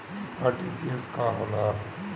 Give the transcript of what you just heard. RTGS का होला?